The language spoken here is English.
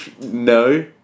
no